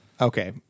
Okay